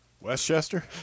Westchester